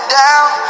down